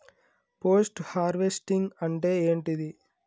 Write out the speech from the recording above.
Post harvesting అంటే ఏంటిది?